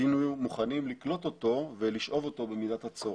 היינו מוכנים לקלוט אותו ולשאוב אותו במידת הצורך.